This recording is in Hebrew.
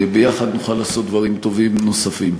ביחד נוכל לעשות דברים טובים נוספים.